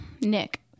Nick